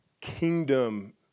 kingdom